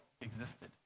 existed